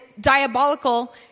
diabolical